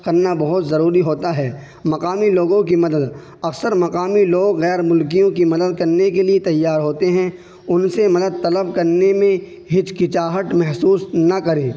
کرنا بہت ضروری ہوتا ہے مقامی لوگوں کی مدد اکثر مقامی لوگ غیر ملکیوں کی مدد کرنے کے لیے تیار ہوتے ہیں ان سے مدد طلب کرنے میں ہچکچاہٹ محسوس نہ کریں